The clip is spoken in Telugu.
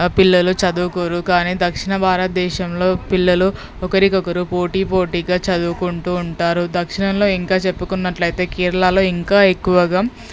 పిల్లలు చదువుకోరు కానీ దక్షిణ భారత దేశంలో పిల్లలు ఒకరికొకరు పోటీ పోటీగా చదువుకుంటూ ఉంటారు దక్షిణంలో ఇంకా చెప్పుకున్నట్లయితే కేరళాలో ఇంకా ఎక్కువగా